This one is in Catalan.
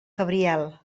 cabriel